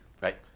Right